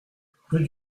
rue